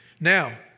Now